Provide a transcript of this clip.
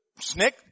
snake